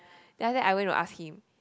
then after that I went to ask him